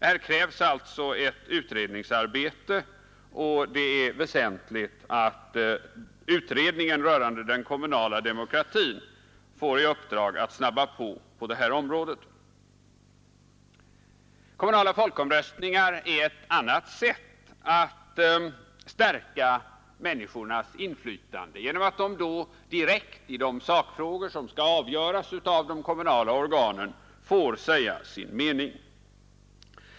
Här krävs alltså ett utredningsarbete, och det är väsentligt att utredningen rörande den kommunala demokratin får i uppdrag att snabba på på detta område. Kommunala folkomröstningar är ett annat sätt att stärka människornas inflytande genom att de får säga sin mening direkt i de sakfrågor som skall avgöras av de kommunala organen.